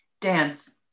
Dance